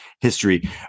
history